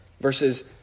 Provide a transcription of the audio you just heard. Verses